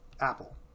Apple